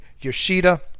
Yoshida